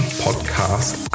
Podcast